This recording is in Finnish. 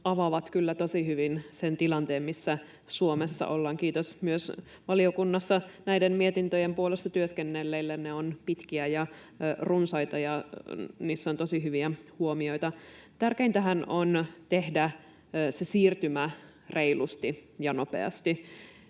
avaavat kyllä tosi hyvin sen tilanteen, missä Suomessa ollaan. Kiitos myös valiokunnassa näiden mietintöjen puolesta työskennelleille, ne ovat pitkiä ja runsaita ja niissä on tosi hyviä huomioita. Tärkeintähän on tehdä siirtymä reilusti ja nopeasti.